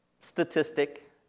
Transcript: statistic